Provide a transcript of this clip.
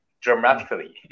dramatically